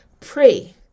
pray